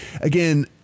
again